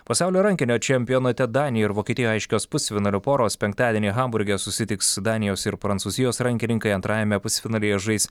pasaulio rankinio čempionate danija ir vokietija aiškios pusfinalio poros penktadienį hamburge susitiks danijos ir prancūzijos rankininkai antrajame pusfinalyje žais